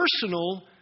personal